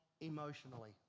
emotionally